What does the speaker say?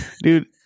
dude